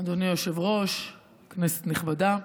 אדוני היושב-ראש, כנסת נכבדה,